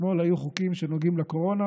אתמול היו חוקים שנוגעים לקורונה,